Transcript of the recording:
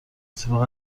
اتفاق